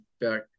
back